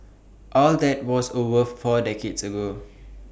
all that was over four decades ago